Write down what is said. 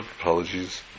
apologies